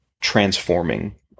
transforming